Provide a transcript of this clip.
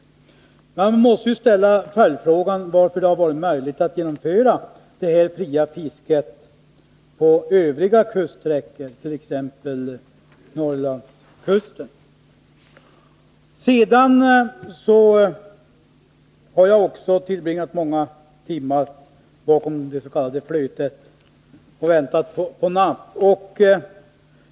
Följdfrågan måste då bli: Hur har det varit möjligt att genomföra fritt fiske på övriga kuststräckor, t.ex. utefter Norrlandskusten? Jag har tillbringat många timmar bakom dets.k. flötet och väntat på napp.